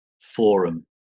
forum